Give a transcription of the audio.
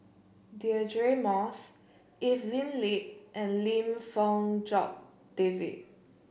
Deirdre Moss Evelyn Lip and Lim Fong Jock David